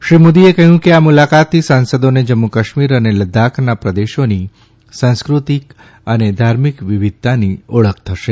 શ્રી મોદીએ કહ્યું છે કે આ મુલાકાતથી સાંસદોને જમ્મુ કાશ્મીર અને લદાખના પ્રદેશોની સાંસ્કૃતિક અને ધાર્મિક વિવિધતાની સમજણ આપવી જોઇએ